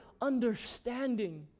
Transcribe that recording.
understanding